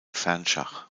fernschach